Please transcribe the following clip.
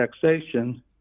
taxation